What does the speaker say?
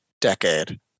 decade